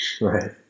Right